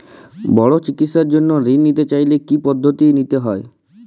বড় চিকিৎসার জন্য ঋণ নিতে চাইলে কী কী পদ্ধতি নিতে হয়?